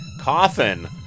Coffin